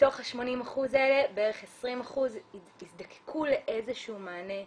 מתוך ה-80% האלה 20% יזדקקו לאיזה שהוא מענה רגשי,